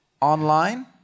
online